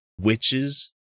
witches